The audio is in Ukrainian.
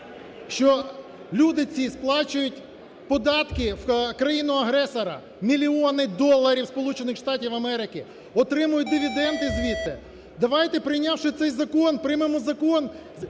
що люди ці сплачують податки в країну-агресора, мільйони доларів Сполучених Штатів Америки, отримують дивіденди звідти. Давайте, прийнявши цей закон, приймемо закон,